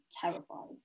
terrified